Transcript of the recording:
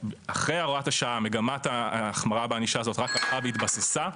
אחרי הוראת השעה הוא שמגמת ההחמרה בענישה הזאת רק הלכה והתבססה.